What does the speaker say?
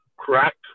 Correct